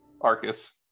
Arcus